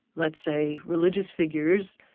let's say religious figures,